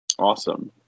awesome